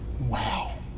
Wow